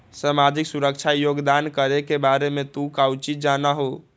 सामाजिक सुरक्षा योगदान करे के बारे में तू काउची जाना हुँ?